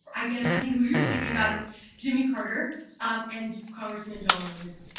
i guess i think who you're speaking about jimmy carter um and congressman john lewis.